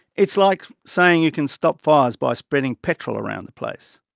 it's like saying you can stop fires by spreading petrol around the place.